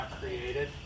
created